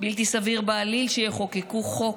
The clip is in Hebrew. בלתי סביר בעליל שיחוקקו חוק